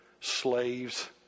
slaves